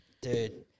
Dude